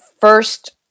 first